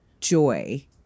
joy